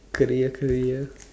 career career